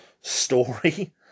story